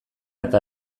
eta